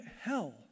hell